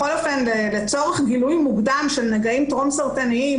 בכל אופן לצורך גילוי מוקדם של נגעים טרום סרטניים